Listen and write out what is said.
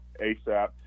ASAP